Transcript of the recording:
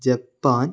Japan